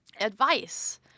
advice